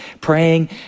praying